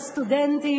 בצדק,